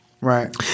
Right